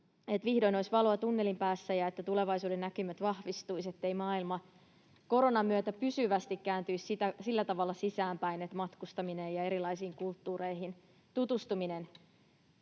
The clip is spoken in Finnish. vihdoin olisi valoa tunnelin päässä ja että tulevaisuudennäkymät vahvistuisivat, ettei maailma koronan myötä pysyvästi kääntyisi sillä tavalla sisäänpäin, että matkustaminen ja erilaisiin kulttuureihin tutustuminen